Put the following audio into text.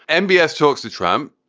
m b a s talks to trump,